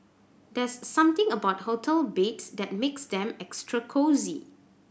there's something about hotel beds that makes them extra cosy